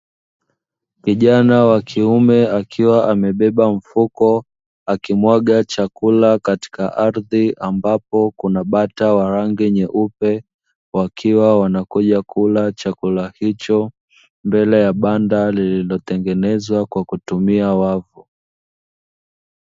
Vijana wa kiume akiwa amebeba mfuko, akimwaga chakula katika ardhi ambapo kuna bata wa rangi nyeupe, wakiwa wanakuja kula chakula hicho mbele ya banda lililotengenezwa kwa kutumia wavu.